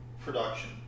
production